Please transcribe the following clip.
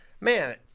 man